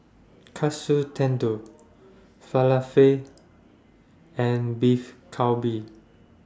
Katsu Tendon Falafel and Beef Galbi